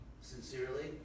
sincerely